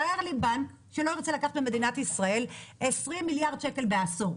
תמצא בנק שלא ירצה לקחת ממדינת ישראל 20 מיליארד שקל בעשור.